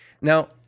Now